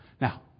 Now